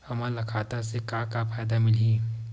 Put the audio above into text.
हमन ला खाता से का का फ़ायदा मिलही?